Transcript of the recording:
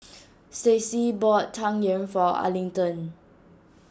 Staci bought Tang Yuen for Arlington